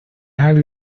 have